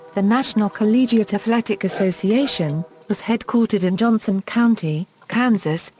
the national collegiate athletic association, was headquartered in johnson county, kansas,